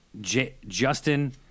Justin